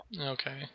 Okay